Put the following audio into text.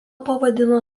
pavadino